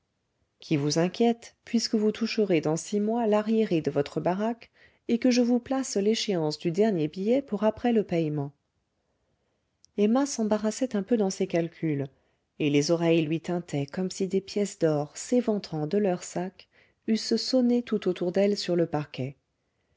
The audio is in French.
qui vous inquiète puisque vous toucherez dans six mois l'arriéré de votre baraque et que je vous place l'échéance du dernier billet pour après le payement emma s'embarrassait un peu dans ses calculs et les oreilles lui tintaient comme si des pièces d'or s'éventrant de leurs sacs eussent sonné tout autour d'elle sur le parquet